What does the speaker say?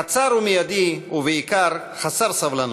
קצר ומיידי, ובעיקר חסר סבלנות.